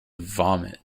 vomit